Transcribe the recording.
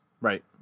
Right